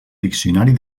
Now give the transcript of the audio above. diccionari